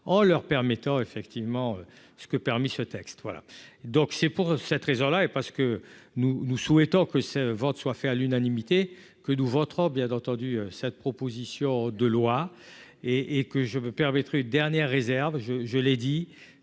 en leur permettant effectivement ce que permis ce texte voilà donc, c'est pour cette raison-là et parce que nous, nous souhaitons que ce vote soit fait à l'unanimité que nous voterons bien entendu cette proposition de loi et et que je me permettre dernière réserve je, je l'ai dit,